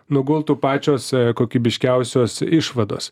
nugultų pačios kokybiškiausios išvados